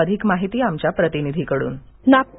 अधिक माहिती आमच्या प्रतिनिधीकड्न